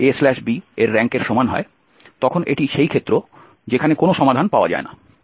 b এর র্যাঙ্কের সমান নয় তখন এটি সেই ক্ষেত্র যেখানে কোনও সমাধান পাওয়া যায় না